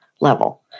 level